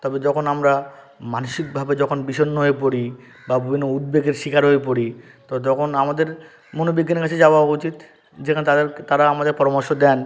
তবে যখন আমরা মানসিকভাবে যখন বিষণ্ণ হয়ে পড়ি বা বিভিন্ন উদ্বেগের শিকার হয়ে পড়ি তো তখন আমাদের মনোবিজ্ঞানীর কাছে যাওয়া উচিত যেখানে তাদের তারা আমাদের পরামর্শ দেন